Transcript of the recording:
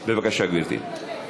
בבקשה, גברתי.